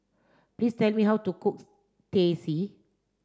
please tell me how to cook Teh C